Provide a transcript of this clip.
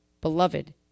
Beloved